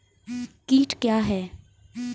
कीट क्या है?